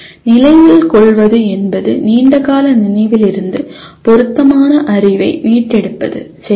நினைவில் கொள்வது என்பது நீண்டகால நினைவிலிருந்து பொருத்தமான அறிவை மீட்டெடுப்பது சரியா